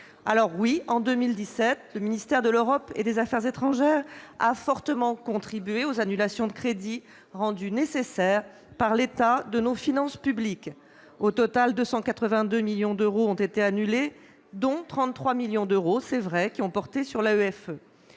! Oui, en 2017, le ministère de l'Europe et des affaires étrangères a fortement contribué aux annulations de crédits rendues nécessaires par l'état de nos finances publiques. Au total, 282 millions d'euros ont été annulés, dont 33 millions d'euros, c'est vrai, ont porté sur l'AEFE.